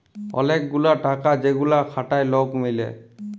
ওলেক গুলা টাকা যেগুলা খাটায় লক মিলে